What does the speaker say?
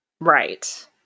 Right